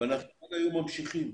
ואנחנו עד היום ממשיכים,